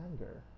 anger